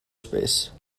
space